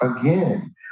again